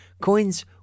Coins